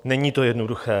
Není to jednoduché.